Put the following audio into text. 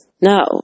No